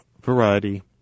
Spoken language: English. variety